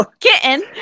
kitten